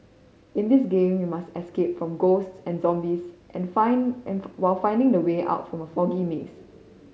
in this game you must escape from ghosts and zombies and while finding the way out from foggy maze